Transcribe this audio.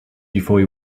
before